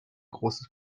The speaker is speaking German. großes